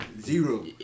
zero